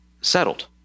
settled